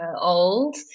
old